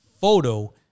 photo